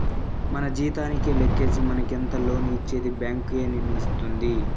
మన జీతానికే లెక్కేసి మనకెంత లోన్ ఇచ్చేది బ్యాంక్ ఏ నిర్ణయిస్తుంది